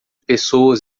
pessoas